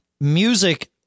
music